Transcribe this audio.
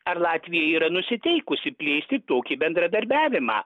ar latvija yra nusiteikusi plėsti tokį bendradarbiavimą